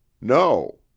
No